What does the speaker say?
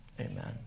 amen